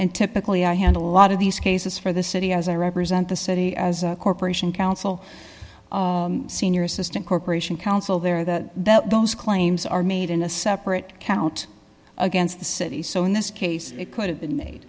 and typically i handle a lot of these cases for the city has i represent the settee as a corporation council senior assistant corporation council there that that those claims are made in a separate count against the city's so in this case it could've been